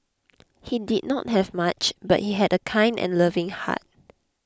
he did not have much but he had a kind and loving heart